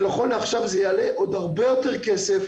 ונכון לעכשיו זה יעלה עוד הרבה יותר כסף